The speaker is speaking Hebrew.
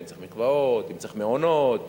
אם צריך מקוואות,